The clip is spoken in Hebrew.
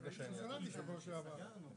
אין בעיה, אנחנו רק דואגים שזה יהיה בדיוק